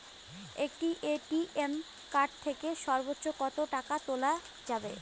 একটি ATM card থেকে সর্বোচ্চ কত টাকা তোলা যাবে?